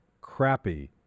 crappy